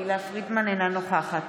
אינה נוכחת